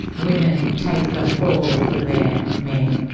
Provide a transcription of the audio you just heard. women take the fall for their men.